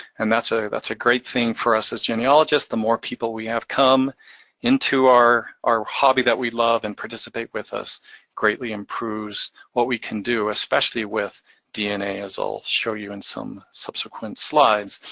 and that's ah that's a great thing for us as genealogists, the more people we have come into our our hobby that we love and participate with us greatly improves what we can do, especially with dna, as i'll show you in some subsequent slides.